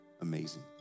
amazing